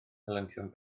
helyntion